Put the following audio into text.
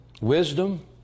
wisdom